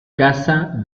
casa